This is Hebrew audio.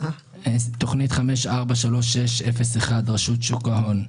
תוכנית 543601 רשות שוק ההון,